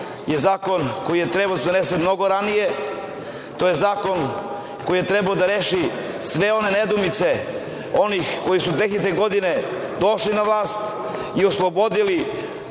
je zakon koji je trebalo da se donese mnogo ranije. To je zakon koji je trebalo da reši sve one nedoumice onih koji su 2000. godine došli na vlast i „oslobodili“